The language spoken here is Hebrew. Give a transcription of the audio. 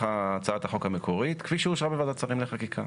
הצעת החוק המקורית' כפי שאושרה בוועדת השרים לחקיקה.